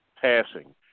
passing